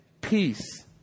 peace